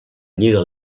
lliga